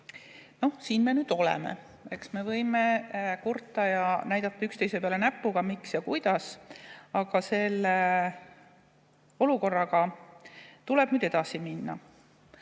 Noh, siin me nüüd oleme. Eks me võime kurta ja näidata üksteise peale näpuga, miks ja kuidas, aga selles olukorras tuleb nüüd edasi minna,